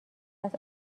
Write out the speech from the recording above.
است